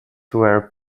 were